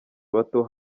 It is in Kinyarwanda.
bato